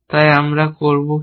তাই আমরা কি করব তা